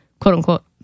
quote-unquote